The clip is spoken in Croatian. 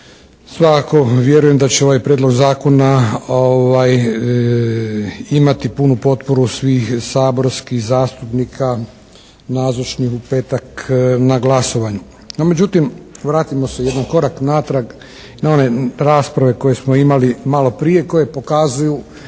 svakako vjerujem da će ovaj prijedlog zakona imati punu potporu svih saborskih zastupnika nazočnih u petak na glasovanju. No, međutim vratimo se jedan korak natrag na one rasprave koje smo imali malo prije, koje pokazuju